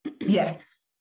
yes